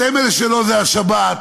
הסמל שלו זה השבת,